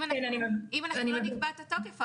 אם לא נקבע את התוקף,